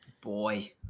boy